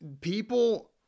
people